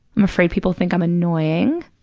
i'm afraid people think i'm annoying.